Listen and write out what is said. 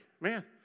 man